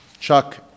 Chuck